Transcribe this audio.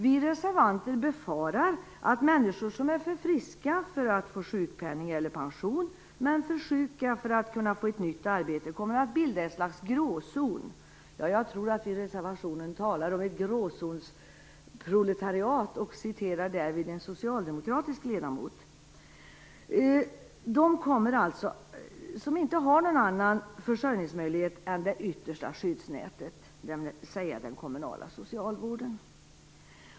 Vi reservanter befarar att människor som är för friska för att få sjukpenning eller pension men för sjuka för att kunna få ett nytt arbete kommer att bilda en slags gråzon - ja, jag tror att vi i reservationen talar om ett gråzonsproletariat och därvid citerar en socialdemokratisk ledamot - där människorna inte har någon annan försörjningsmöjlighet än det yttersta skyddsnätet, dvs. den kommunala socialvården.